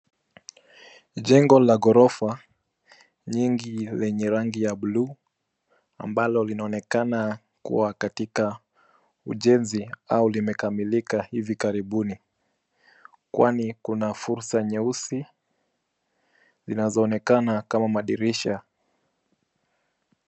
Jengo la ghorofa nyingi zenye rangi ya bluu ambalo linaonekana kua katika ujenzi au limekamilika hivi karibuni. Kwani kuna fursa nyeusi zinazoonekana kama madirisha.